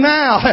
now